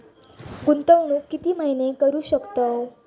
गुंतवणूक किती महिने करू शकतव?